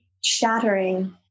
shattering